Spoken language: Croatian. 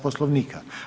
Poslovnika.